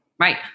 Right